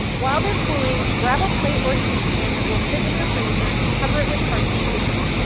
while they're cooling, grab a plate or sheet pan that will fit in your freezer and cover it with parchment paper.